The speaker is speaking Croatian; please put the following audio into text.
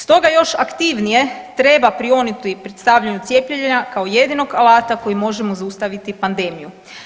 Stoga još aktivnije treba prionuti predstavljanju cijepljenja kao jedinog alata kojim možemo zaustaviti pandemiju.